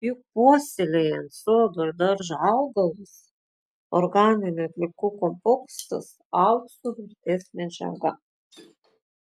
juk puoselėjant sodo ir daržo augalus organinių atliekų kompostas aukso vertės medžiaga